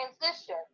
transition